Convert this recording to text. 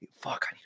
fuck